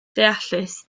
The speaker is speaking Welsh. ddeallus